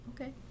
okay